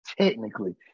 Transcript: technically